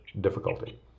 difficulty